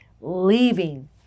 leaving